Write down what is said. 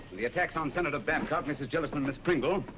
the attacks on senator babcock, mrs. jellison, miss pringle,